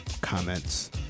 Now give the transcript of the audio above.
comments